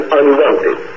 unwanted